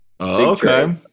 okay